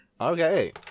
Okay